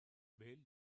bill